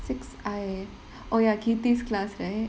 six I oh ya oh ya keerthi class right